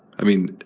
i mean,